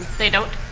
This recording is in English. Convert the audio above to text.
they don't.